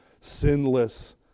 sinless